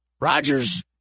rogers